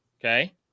okay